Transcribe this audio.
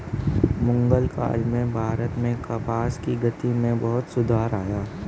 मुग़ल काल में भारत में कपास की खेती में बहुत सुधार आया